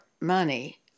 money